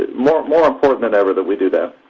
ah more more important than ever that we do that.